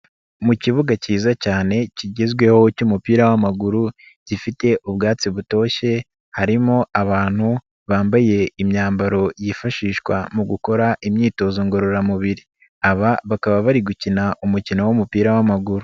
Mu kibuga cyiza cyane kigezweho cy'umupira w'amaguru gifite ubwatsi butoshye, harimo abantu bambaye imyambaro yifashishwa mu gukora imyitozo ngororamubiri, aba bakaba bari gukina umukino w'umupira w'amaguru.